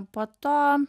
po to